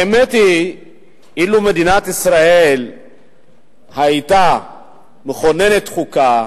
האמת היא שאילו מדינת ישראל היתה מכוננת חוקה,